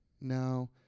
No